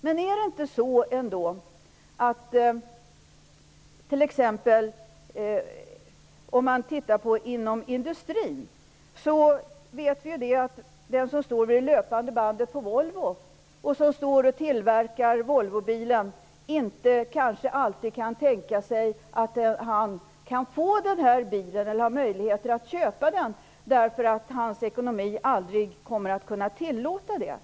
Man kan t.ex. jämföra med industrin. Vi vet att en man som står vid det löpande bandet i Volvos fabrik inte alltid har möjligheter att kunna köpa bilen han tillverkar, eftersom hans ekonomi aldrig kommer att tillåta det.